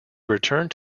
returned